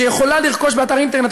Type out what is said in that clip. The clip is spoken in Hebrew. שיכולה לרכוש באתר אינטרנט,